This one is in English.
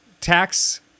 Tax